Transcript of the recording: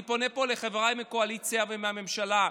אני פונה פה לחבריי מהקואליציה ומהממשלה,